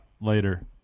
later